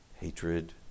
hatred